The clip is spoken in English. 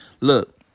Look